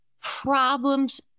problems